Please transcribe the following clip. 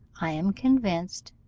i am convinced,